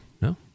no